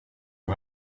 who